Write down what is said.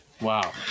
Wow